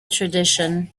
tradition